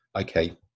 okay